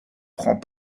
prend